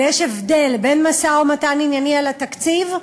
ויש הבדל בין משא-ומתן ענייני על התקציב,